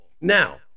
Now